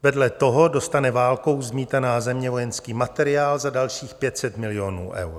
Vedle toho dostane válkou zmítaná země vojenský materiál za dalších 500 milionů eur.